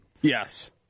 Yes